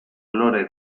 lore